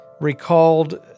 Recalled